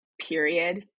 period